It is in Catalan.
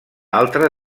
altra